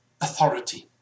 authority